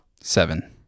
Seven